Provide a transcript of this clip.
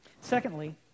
Secondly